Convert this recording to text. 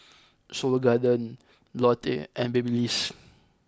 Seoul Garden Lotte and Babyliss